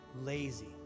Lazy